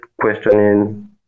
questioning